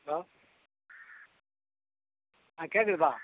hello ஆ கேட்குதுப்பா